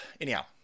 Anyhow